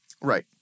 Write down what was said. right